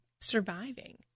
surviving